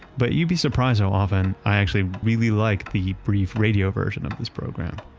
but you'd be surprised how often i actually really like the brief radio version of this program